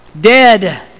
Dead